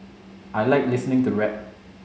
I like listening to rap